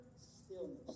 stillness